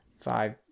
five